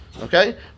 okay